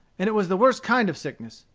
and it was the worst kind of sickness,